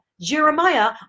Jeremiah